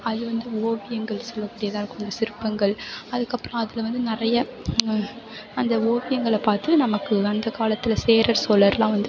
அது வந்து ஓவியங்கள் சில அப்படிதான் இருக்கும் சிற்பங்கள் அதுக்கு அப்புறம் அதில் வந்து நிறையா அந்த ஓவியங்களை பார்த்து நமக்கு அந்தக்காலத்தில் சேரர் சோழரெலாம் வந்து